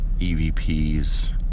EVPs